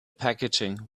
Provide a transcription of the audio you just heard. packaging